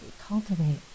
cultivate